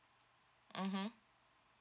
mmhmm